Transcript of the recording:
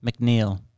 McNeil